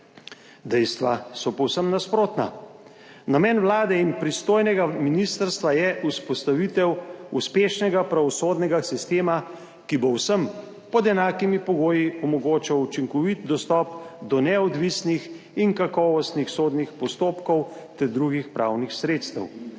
Dejstva so povsem nasprotna. Namen vlade in pristojnega ministrstva je vzpostavitev uspešnega pravosodnega sistema, ki bo vsem pod enakimi pogoji omogočal učinkovit dostop do neodvisnih in kakovostnih sodnih postopkov ter drugih pravnih sredstev.